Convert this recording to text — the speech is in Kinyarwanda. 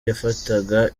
cyafataga